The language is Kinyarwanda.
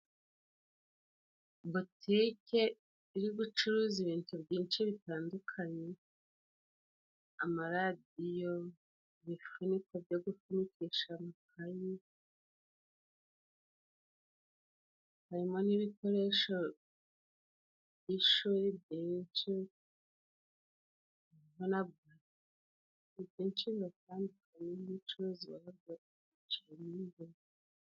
Botike iri gucuruza ibintu byinshi bitandukanye amaradiyo, ibifuniko byo gufunikisha amakaye, harimo n'ibikoresho by'ishuri byinshi bitandukanye.